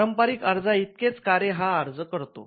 पारंपरिक अर्जाइतकेच कार्य हा अर्ज करतो